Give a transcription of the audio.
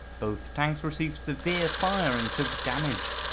both tanks received severe fire and took damage.